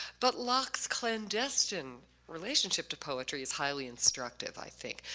but locke's clandestine relationship to poetry is highly instructive i think.